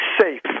safe